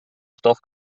stoff